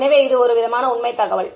எனவே இது ஒரு விதமான உண்மை தகவல்